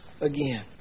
again